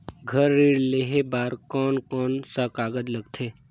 घर ऋण लेहे बार कोन कोन सा कागज लगथे?